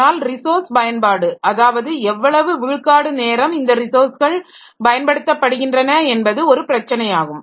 ஆனால் ரிசோர்ஸ் பயன்பாடு அதாவது எவ்வளவு விழுக்காடு நேரம் இந்த ரிசோர்ஸ்கள் பயன்படுத்தப்படுகின்றன என்பது ஒரு பிரச்சனையாகும்